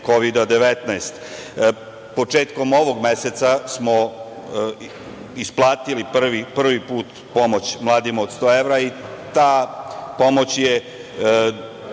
Kovida-19.Početkom ovog meseca smo isplatili prvi put pomoć mladima od 100 evra i ta pomoć je